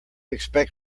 expect